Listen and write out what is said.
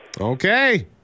Okay